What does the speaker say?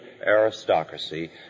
aristocracy